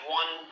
one